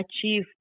achieve